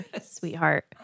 sweetheart